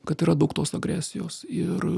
kad yra daug tos agresijos ir